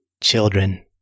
Children